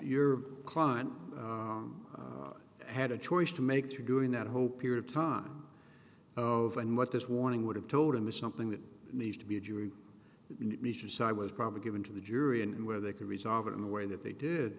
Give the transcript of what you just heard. your client had a choice to make three during that whole period of time of and what this warning would have told him is something that needs to be a jew a mission so i was probably given to the jury and where they could resolve it in the way that they did